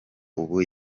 ubu